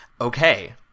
Okay